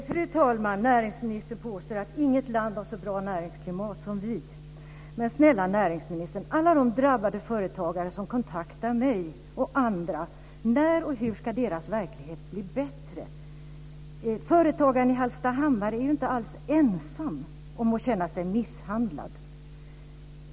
Fru talman! Näringsministern påstår att inget land har så bra näringsklimat som vi. Men snälla näringsministern! Alla de drabbade företagare som kontaktar mig och andra, när och hur ska deras verklighet bli bättre? Företagaren i Hallstahammar är inte alls ensam om att känna sig misshandlad.